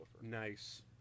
Nice